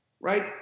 right